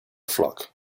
flock